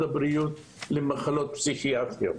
הבריאות לשימוש בחומר במחלות פסיכיאטריות.